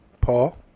Paul